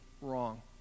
wrong